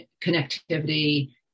connectivity